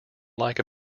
like